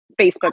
Facebook